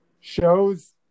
shows